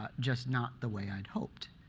ah just not the way i had hoped.